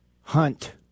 Hunt